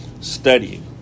studying